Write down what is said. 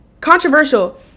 controversial